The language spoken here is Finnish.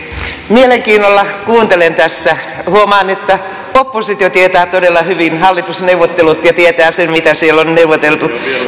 mielenkiinnolla kuuntelen tässä huomaan että oppositio tietää todella hyvin hallitusneuvottelut ja tietää sen mitä siellä on neuvoteltu